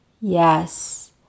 Yes